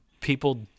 people